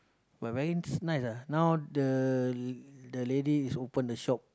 but very nice ah now the the lady is open the shop